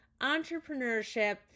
entrepreneurship